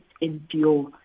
endure